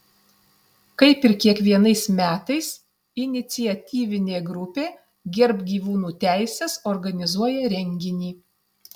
kaip ir kiekvienais metais iniciatyvinė grupė gerbk gyvūnų teises organizuoja renginį